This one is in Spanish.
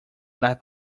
las